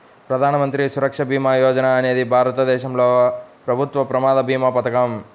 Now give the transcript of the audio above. ప్రధాన మంత్రి సురక్ష భీమా యోజన అనేది భారతదేశంలో ప్రభుత్వ ప్రమాద భీమా పథకం